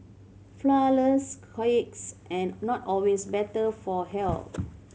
flourless cakes and not always better for health